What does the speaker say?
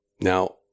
Now